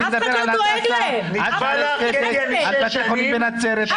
על בתי חולים בנצרת,